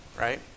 Right